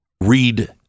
read